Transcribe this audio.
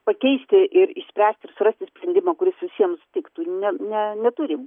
pakeisti ir išspręsti ir surasti sprendimą kuris visiems tiktų ne ne neturim